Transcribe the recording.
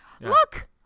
look